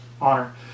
Honor